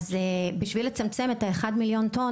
אז בשביל לצמצם את ה- 1 מיליון טון,